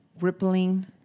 rippling